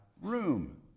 room